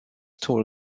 tour